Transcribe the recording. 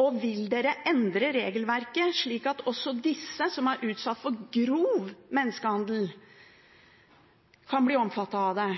Og vil dere endre regelverket, slik at også disse som er utsatt for grov menneskehandel, kan bli omfattet av det,